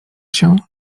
się